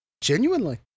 Genuinely